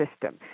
system